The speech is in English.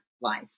life